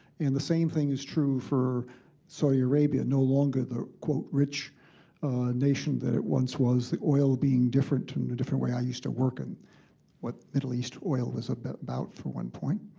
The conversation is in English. and the same thing is true for saudi arabia. no longer the, quote, rich nation that it once was, the oil being different, in a different way. i used to work in what middle east oil is about about for one point.